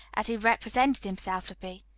as he represented himself to be.